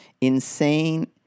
Insane